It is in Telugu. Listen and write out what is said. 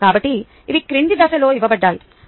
కాబట్టి ఇవి క్రింది దిశలో ఇవ్వబడ్డాయి